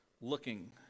looking